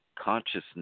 consciousness